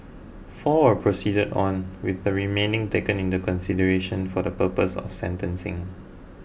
four were proceeded on with the remaining taken into consideration for the purposes of sentencing